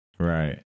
right